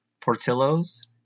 Portillo's